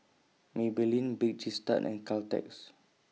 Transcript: Maybelline Bake Cheese Tart and Caltex